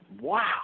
wow